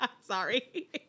Sorry